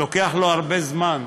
לוקח לו הרבה זמן.